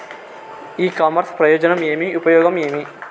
ఇ commerce ప్రయోజనం ఏమి? ఉపయోగం ఏమి?